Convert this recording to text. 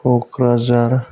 Kokrajhar